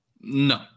No